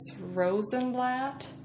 Rosenblatt